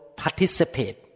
participate